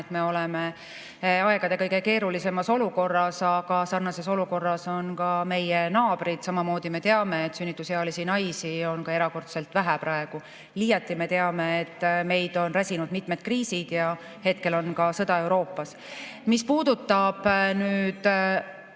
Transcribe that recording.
et me oleme kõigi aegade kõige keerulisemas olukorras, aga sarnases olukorras on ka meie naabrid. Samamoodi me teame, et sünnitusealisi naisi on erakordselt vähe praegu. Lisaks me teame, et meid on räsinud mitmed kriisid ja hetkel on sõda Euroopas. Mis puudutab nüüd